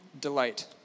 delight